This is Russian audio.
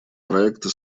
проекта